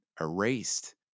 erased